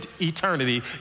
eternity